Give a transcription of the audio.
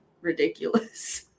ridiculous